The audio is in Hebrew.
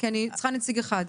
כי אני צריכה נציג אחד.